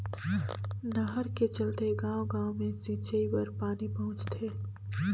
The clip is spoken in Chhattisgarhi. नहर के चलते गाँव गाँव मे सिंचई बर पानी पहुंचथे